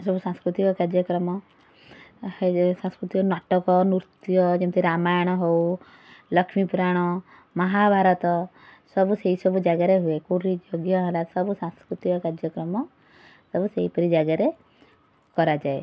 ସବୁ ସାଂସ୍କୃତିକ କାର୍ଯ୍ୟକ୍ରମ ହେଇଯାଏ ସାଂସ୍କୃତିକ ନାଟକ ନୃତ୍ୟ ଯେମତି ରାମାୟଣ ହଉ ଲକ୍ଷ୍ମୀପୁରାଣ ମହାଭାରତ ସବୁ ସେଇସବୁ ଜାଗାରେ ହୁଏ କେଉଁଠି ଯଜ୍ଞ ହେଲା ସବୁ ସାଂସ୍କୃତିକ କାର୍ଯ୍ୟକ୍ରମ ସବୁ ସେହିପରି ଜାଗାରେ କରାଯାଏ